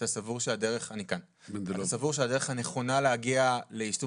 אתה סבור שהדרך הנכונה להגיע ליישום